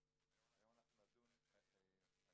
והיום אנחנו נדון בכך.